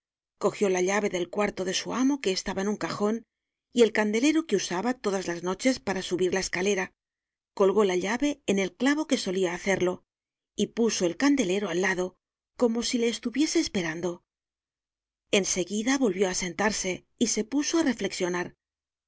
cogió la llave del cuarto de su amo que estaba en un cajon y el candelero que usaba todas las noches para subir la escalera colgó la llave en el clavo en que solia hacerlo y puso el candelero al lado como si le estuviese esperando en seguida volvió á sentarse y se puso á reflexionar